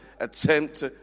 attempt